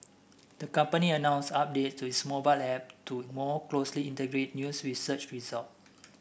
the company announced update to its mobile app to more closely integrate news with search result